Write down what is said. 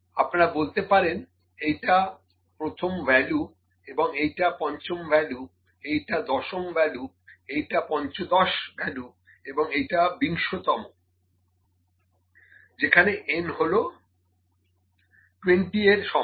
আপনারা বলতে পারেন এইটা প্রথম ভ্যালু এবং এইটা পঞ্চম ভ্যালু এইটা দশম ভ্যালু এইটা পঞ্চদশ এবং এইটা বিংশতম যেখানে n হলো 20 এর সমান